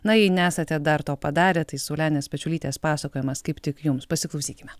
na jei nesate dar to padarę tai saulenės pečiulytės pasakojimas kaip tik jums pasiklausykime